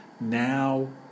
now